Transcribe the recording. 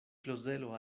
klozelo